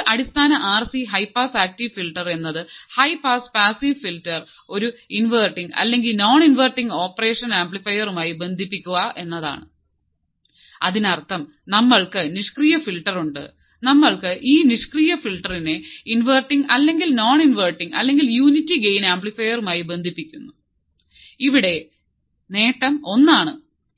ഒരു അടിസ്ഥാന RC high pass active filter എന്നത് ഹൈ പാസ് പാസീവ് ഫിൽറ്റർ ഒരു ഇൻവെർട്ടിംഗ് അല്ലെങ്കിൽ നോൺ ഇൻവെർട്ടിംഗ് ഓപ്പറേഷനൽ ആംപ്ലിഫറുമായി ബന്ധിപ്പിക്കുക എന്നതാണ് അതിനർത്ഥം നമ്മൾക്ക് ഒരു നിഷ്ക്രിയ ഫിൽട്ടർ ഉണ്ട് നമ്മൾക്ക് ഈ നിഷ്ക്രിയ ഫിൽട്ടറിനെ ഇൻവെർട്ടിംഗ് അല്ലെങ്കിൽ നോൺ ഇൻവെർട്ടിംഗ് അല്ലെങ്കിൽ യൂണിറ്റി ഗെയിൻ ആംപ്ലിഫയറുമായി ബന്ധിപ്പിക്കുന്നു ഇവിടെ ഗെയ്ൻ ഒന്നാണ്